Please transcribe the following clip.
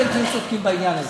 אתם תהיו צודקים בעניין הזה.